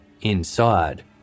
Inside